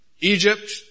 Egypt